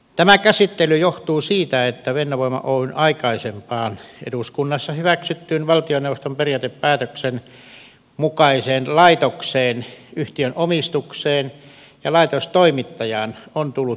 tämä käsittely johtuu siitä että fennovoima oyn aikaisempaan eduskunnassa hyväksyttyyn valtioneuvoston periaatepäätöksen mukaiseen laitokseen yhtiön omistukseen ja laitostoimittajaan on tullut muutoksia